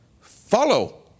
Follow